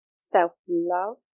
self-love